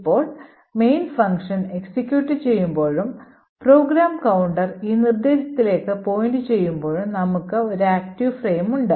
ഇപ്പോൾ main function execute ചെയ്യുമ്പോഴും program counter ഈ നിർദ്ദേശത്തിലേക്ക് point ചെയ്യുമ്പോഴും നമുക്ക് ഈ active frame ഉണ്ട്